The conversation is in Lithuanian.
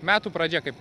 metų pradžia kaip